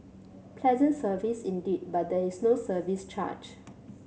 pleasant service indeed but there is no service charge